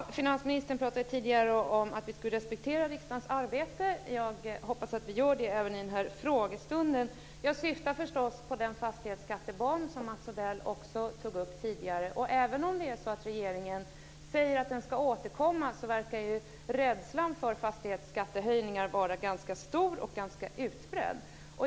Herr talman! Finansministern talade tidigare om att vi ska respektera riksdagens arbete. Jag hoppas att vi gör det även i den här frågestunden. Jag syftar förstås på den fastighetsskattebomb som Mats Odell också tog upp tidigare. Och även om man från regeringens sida säger att man ska återkomma, verkar rädslan för fastighetsskattehöjningar vara ganska stor och utbredd.